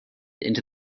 into